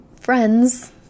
friends